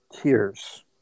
tears